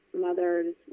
mothers